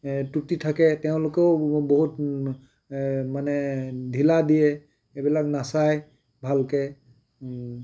এই ক্ৰুটি থাকে তেওঁলোকেও বহুত মানে ঢিলা দিয়ে এইবিলাক নাচায় ভালকৈ